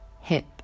hip